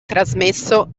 trasmesso